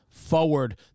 forward